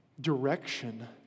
direction